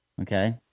Okay